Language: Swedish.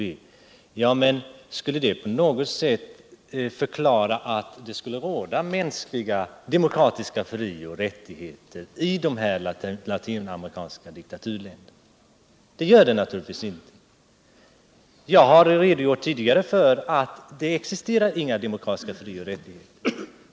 Men skulle detta förhållande på något sätt klargöra att det råder demokratiska fri och rättigheter i de latinamerikanska diktaturländerna? Det gör det naturligtvis inte. Jag har tidigare regogjort för att det inte existerar några demokratiska fri och rättigheter i dessa länder.